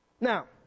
Now